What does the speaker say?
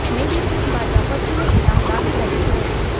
मोबिक्विकबाट पछिल्लो इनाम दावी गर्नु होस्